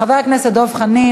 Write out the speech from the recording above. חבר הכנסת דב חנין.